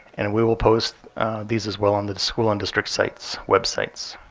and and we will post these as well on the school and district sites websites.